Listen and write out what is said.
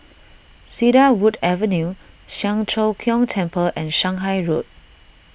Cedarwood Avenue Siang Cho Keong Temple and Shanghai Road